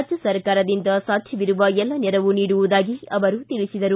ರಾಜ್ಯ ಸರ್ಕಾರದಿಂದ ಸಾಧ್ಯವಿರುವ ಎಲ್ಲ ನೆರವು ನೀಡುವುದಾಗಿ ಅವರು ತಿಳಿಸಿದರು